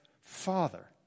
Father